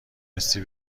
حسی